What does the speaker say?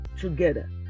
together